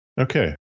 Okay